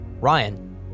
Ryan